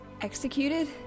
Executed